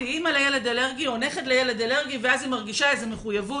היא אימא לילד אלרגי או נכד לילד אלרגי ואז היא מרגישה מחויבות